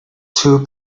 two